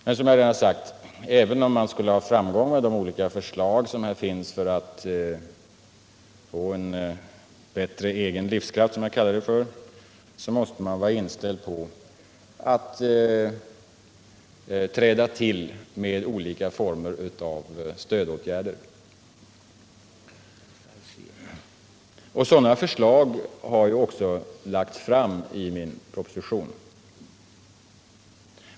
Men, som jag redan sagt, även om de olika förslagen i syfte att skapa en förbättrad egen livskraft — som jag kallar det — hos detaljhandeln visar sig ge positiva resultat, måste man vara inställd på att sätta in olika former av stödåtgärder. Sådana förslag har också lagts fram i min proposition.